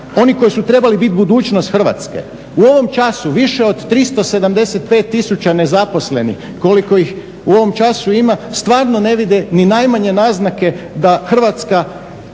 Oni koji su trebali biti budućnost Hrvatske. U ovom času više od 375 tisuća nezaposlenih, koliko ih u ovom času ima, stvarno ne vide ni najmanje naznake da Hrvatska